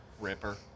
ripper